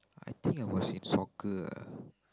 I think I was in soccer ah